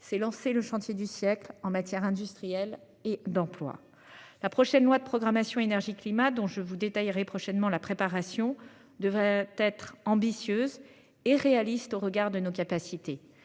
s'est lancé le chantier du siècle en matière industrielle et d'emploi. La prochaine loi de programmation énergie climat dont je vous détaillerait prochainement la préparation devrait être ambitieuse et réaliste, au regard de nos capacités,